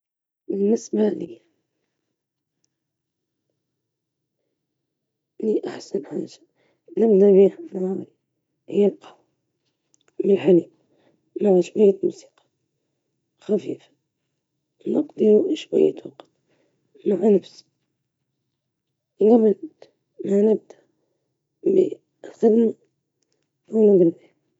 أبدأ يومي بفنجان من الشاي، قراءة كتاب قليل، وأحيانًا تمشية في الحديقة، يساعدني ذلك في الاستعداد لمواجهة اليوم بهدوء ونشاط.